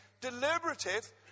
deliberative